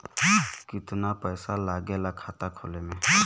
कितना पैसा लागेला खाता खोले में?